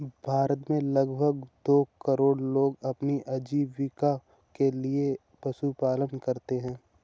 भारत में लगभग दो करोड़ लोग अपनी आजीविका के लिए पशुपालन करते है